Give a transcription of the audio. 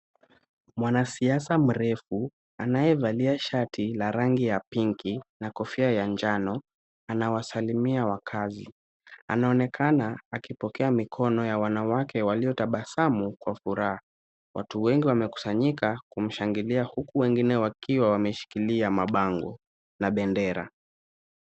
Mwanasiasa mrefu anayevalia shati la rangi ya pinki, na kofia ya njano, anawasalimia wakaazi. Anaonekana akipokea mikono ya wanawake waliotabasamu kwa furaha. Watu wengi wamekusanyika kumshangilia huku wengine wakiwa wameshikilia mabango na bendera.